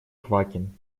квакин